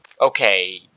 okay